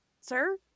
sir